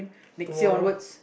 tomorrow